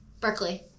Berkeley